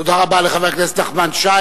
תודה רבה לחבר הכנסת נחמן שי.